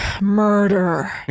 murder